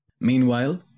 Meanwhile